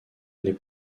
les